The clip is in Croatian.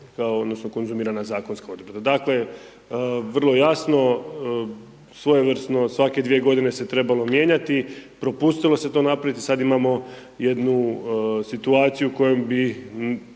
odnosno konzumirana zakonska odredba. Dakle, vrlo jasno. Svojevrsno svake dvije godine se trebalo mijenjati, propustilo se to napraviti, sad imamo jednu situaciju koju bi